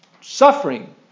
suffering